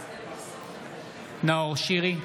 בעד נאור שירי,